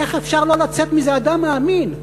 איך אפשר לא לצאת מזה אדם מאמין?